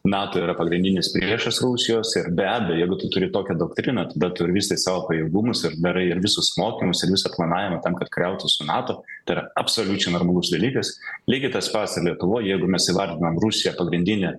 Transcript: nato yra pagrindinis priešas rusijos ir be abejo jeigu tu turi tokią doktriną tada tu rusijai savo pajėgumus ir darai ir visus mokymus ir visą planavimą tam kad kariautų su nato tai yra absoliučiai normalus dalykas lygiai tas pats lietuvoj jeigu mes įvardinam rusiją pagrindine